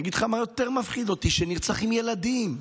אגיד לך מה יותר מפחיד אותי, שנרצחים ילדים.